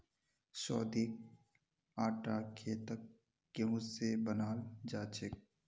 शोधित आटा खेतत गेहूं स बनाल जाछेक